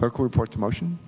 clerk report a motion